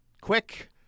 quick